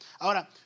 Ahora